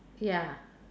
ya